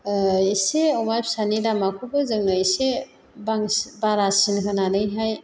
एसे अमा फिसानि दामखौबो जोंनो एसे बारासिन होनानैहाय